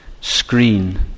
screen